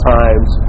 times